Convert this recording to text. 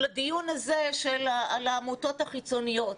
לדיון הזה על העמותות החיצוניות.